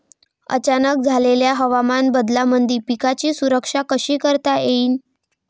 अचानक झालेल्या हवामान बदलामंदी पिकाची सुरक्षा कशी करता येईन?